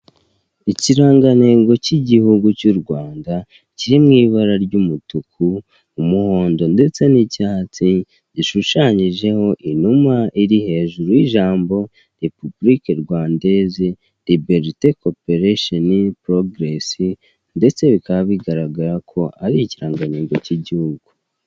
Ikirangantego cy'igihugu cy'u Rwanda kiri mu ibara ry'umutuku, umuhondo, ndetse n'icyatsi, gishushanyijeho inuma iri hejuru y'ijambo repabulike rwandeze, liberite koperesheni porogeresi, ndetse bikaba bigaragara ko ari ikirangantego k'igihugu.